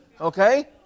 Okay